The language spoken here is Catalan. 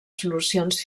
solucions